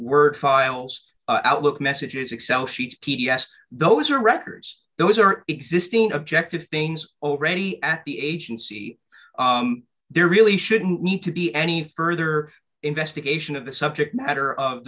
word files outlook messages excel sheets t d s those are records those are existing objective things already at the agency there really shouldn't need to be any further investigation of the subject matter of